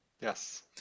yes